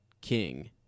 king